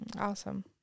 Awesome